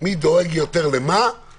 מי דואג יותר למה-